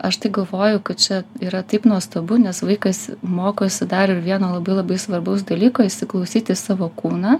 aš tai galvoju kad čia yra taip nuostabu nes vaikas mokosi dar vieno labai labai svarbaus dalyko įsiklausyti į savo kūną